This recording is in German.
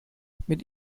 mit